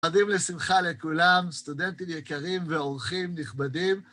חדים לשמחה לכולם, סטודנטים יקרים ועורכים נכבדים.